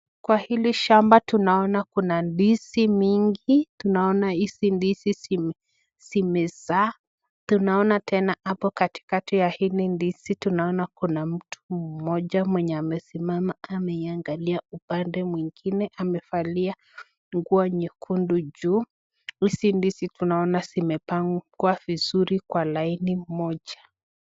Kwa hili shamba tunaona kuna ndizi mingi. Tunaona hizi ndizi zimeza, tunaona tena hapo katikati ya hili ndizi tunaona kuna mtu mmoja mwenye amesimama ameangalia upande mwengine amevalia nguo nyekundu juu. Hizi ndizi tunaona zimepangwa vizuri kwa laini moja.